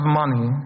money